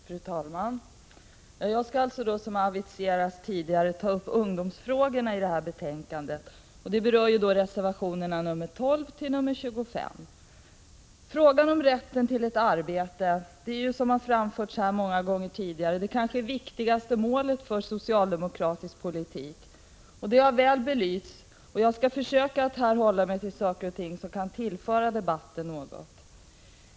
Fru talman! Jag skall, som aviserats tidigare, ta upp ungdomsfrågorna i betänkandet, och det berör reservationerna 12-25. Rätten till ett arbete är, som framförts här många gånger tidigare, det kanske viktigaste målet för socialdemokratisk politik. Det har väl belysts, och jag skall försöka att hålla mig till saker och ting som kan tillföra debatten något.